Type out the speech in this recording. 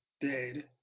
Dead